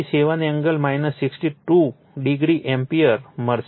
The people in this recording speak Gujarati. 57 એંગલ 62o એમ્પીયર મળશે